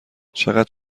چقدر